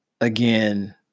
again